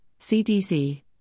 CDC